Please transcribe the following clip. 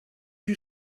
you